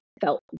felt